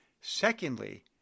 Secondly